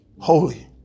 holy